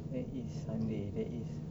that is sunday that is